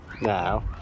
now